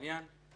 זה